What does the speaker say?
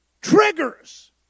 triggers